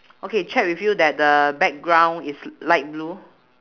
okay check with you that the background is light blue